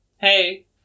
Hey